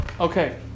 Okay